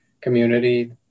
community